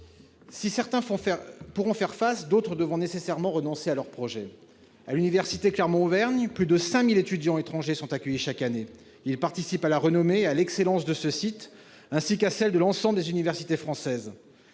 Si certains pourront faire face, d'autres devront nécessairement renoncer à leur projet. À l'Université Clermont-Auvergne, l'UCA, plus de 5 000 étudiants étrangers sont accueillis chaque année. Ils participent à la renommée et à l'excellence de ce site, ainsi qu'à celles de l'ensemble des universités françaises.